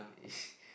it's